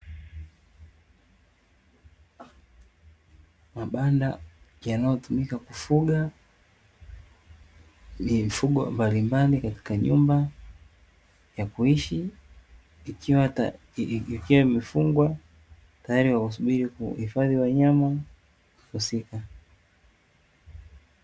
Mabanda yanayotumika kufuga mifugo mbalimbali katika nyumba ya kuishi, ikiwa imefungwa tayari kwa kusubiri kuhifadhi wanyama husika.